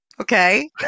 Okay